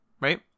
right